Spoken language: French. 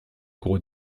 gros